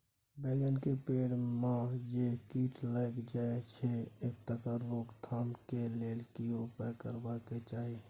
बैंगन के पेड़ म जे कीट लग जाय छै तकर रोक थाम के लेल की उपाय करबा के चाही?